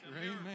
Amen